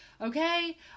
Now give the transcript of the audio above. okay